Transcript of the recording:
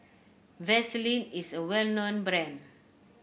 Vaselin is a well known brand